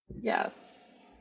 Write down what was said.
Yes